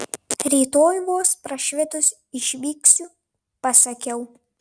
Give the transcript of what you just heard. rytoj vos prašvitus išvyksiu pasakiau